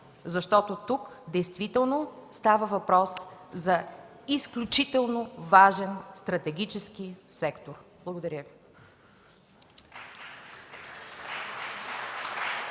защото тук става въпрос за изключително важен, стратегически сектор. Благодаря Ви.